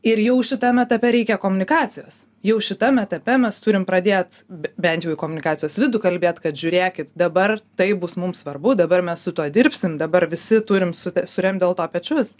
ir jau šitam etape reikia komunikacijos jau šitam etape mes turim pradėt be bent jau į komunikacijos vidų kalbėt kad žiūrėkit dabar tai bus mums svarbu dabar mes su tuo dirbsim dabar visi turim su suremt dėl to pečius